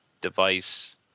device